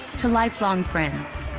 to life long friends.